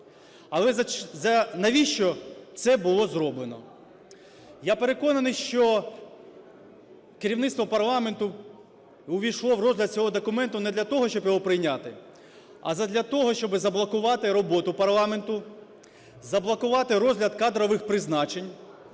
Але навіщо це було зроблено? Я переконаний, що керівництво парламенту увійшло в розгляд цього документу не для того, щоб його прийняти, а задля того, щоби заблокувати роботу парламенту, заблокувати розгляд кадрових призначень,